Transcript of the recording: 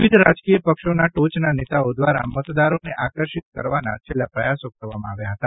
વિવિધ રાજકીય પક્ષોના ટોચના નેતાઓ દ્વારા મતદારોને આકર્ષિત કરવાના છેલ્લા પ્રયાસો કરવામાં આવ્યા હતા